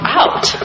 out